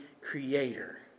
creator